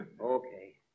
Okay